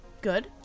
good